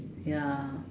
ya